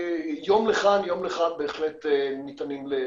יום לכאן יום לכאן בהחלט ניתנים לחישבון.